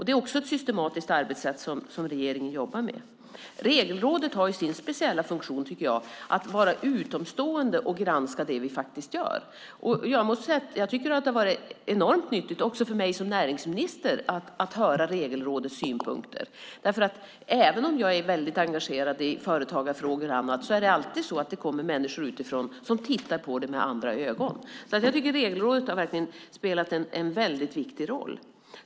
Det är också ett systematiskt arbetssätt som regeringen jobbar med. Regelrådet har sin speciella funktion, tycker jag, att vara utomstående och granska det vi faktiskt gör. Jag måste säga att jag tycker att det har varit enormt nyttigt, också för mig som näringsminister, att höra Regelrådets synpunkter. Även om jag är väldigt engagerad i företagarfrågor och annat är det alltid så att det kommer människor utifrån som tittar på det med andra ögon. Jag tycker verkligen att Regelrådet har spelat en viktig roll.